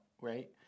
right